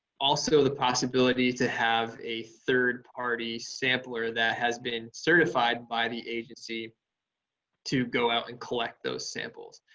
also the possibility to have a third party sampler that has been certified by the agency to go out and collect those samples.